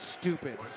stupid